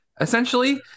essentially